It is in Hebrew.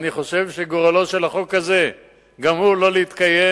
אני חושב שגורלו של החוק הזה גם הוא לא להתקיים,